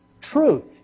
truth